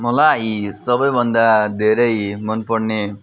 मलाई सबैभन्दा धेरै मनपर्ने